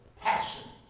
passion